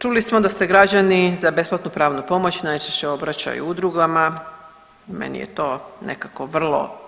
Čuli smo da se građani za besplatnu pravnu pomoć najčešće obraćaju udrugama, meni je to nekako vrlo